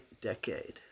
decade